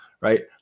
Right